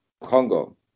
Congo